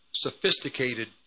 sophisticated